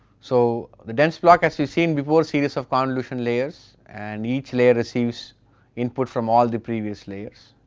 so, there is block as you seen before, series of convolution layers and each player receives input from all the previous layers.